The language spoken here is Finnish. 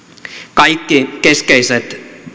kaikki keskeiset